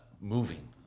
moving